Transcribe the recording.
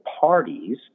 parties